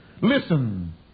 Listen